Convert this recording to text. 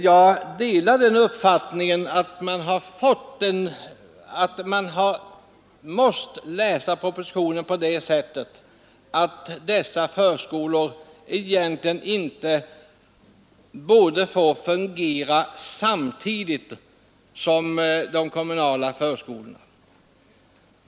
Jag delar den uppfattningen att man har måst läsa propositionen på det sättet, att dessa förskolor egentligen inte borde få fungera samtidigt som de kommunala förskolorna.